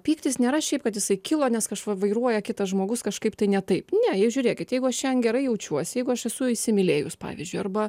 pyktis nėra šiaip kad jisai kilo nes kažką vairuoja kitas žmogus kažkaip tai ne taip ne jūs žiūrėkit jeigu šiandien gerai jaučiuosi jeigu aš esu įsimylėjus pavyzdžiui arba